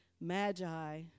Magi